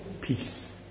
peace